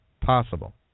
Possible